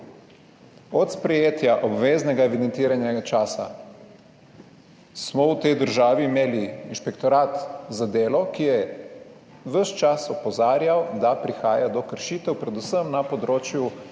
Od sprejetja obveznega evidentiranega časa smo v tej državi imeli Inšpektorat za delo, ki je ves čas opozarjal, da prihaja do kršitev predvsem na področju